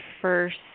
first